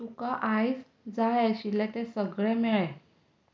तुका आयज जाय आशिल्लें तें सगळें मेळ्ळें